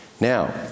Now